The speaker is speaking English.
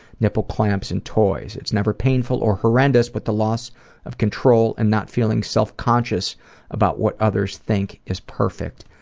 nipple clamps and toys. it's never painful or horrendous but the loss of control and not feeling self conscious about what others think is perfect.